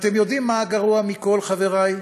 אתם יודעים מה הגרוע מכול, חברי?